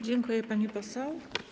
Dziękuję, pani poseł.